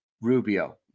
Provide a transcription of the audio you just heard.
Rubio